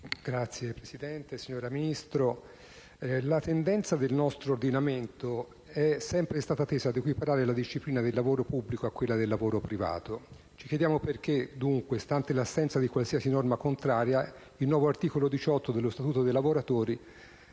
*(FI-PdL XVII)*. Signor Ministro, la tendenza del nostro ordinamento è sempre stata tesa ad equiparare la disciplina del lavoro pubblico a quella del lavoro privato. Ci chiediamo perché, dunque, stante l'assenza di qualsiasi norma contraria, il nuovo articolo 18 dello Statuto dei lavoratori